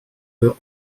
will